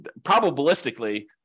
probabilistically